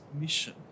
mission